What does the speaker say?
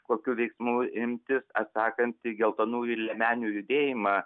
kokių veiksmų imtis atsakant į geltonųjų liemenių judėjimą